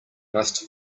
must